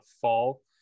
fall